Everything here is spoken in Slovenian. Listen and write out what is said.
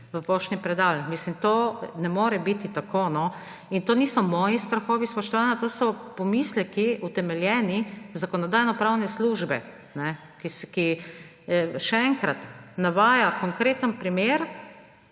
v poštni predal. To ne more biti tako. In to niso moji strahovi, spoštovana, to so utemeljeni pomisleki Zakonodajno-pravne službe, ki, še enkrat, navaja konkreten primer,